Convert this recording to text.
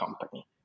company